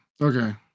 okay